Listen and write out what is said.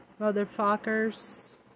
motherfuckers